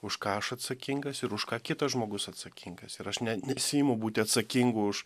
už ką aš atsakingas ir už ką kitas žmogus atsakingas ir aš ne nesiimu būti atsakingu už